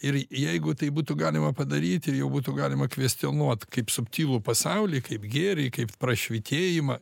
ir jeigu tai būtų galima padaryti ir jau būtų galima kvestionuoti kaip subtilų pasaulį kaip gėrį kaip prašvytėjimą